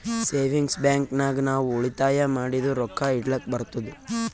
savings bank ನಾಗ್ ನಾವ್ ಉಳಿತಾಯ ಮಾಡಿದು ರೊಕ್ಕಾ ಇಡ್ಲಕ್ ಬರ್ತುದ್